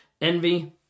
envy